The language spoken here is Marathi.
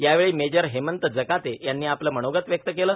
यावेळी मेजर हेमंत जकाते यांनी आपले मनोगत व्यक्त केले